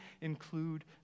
include